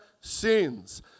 sins